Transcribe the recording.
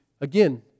again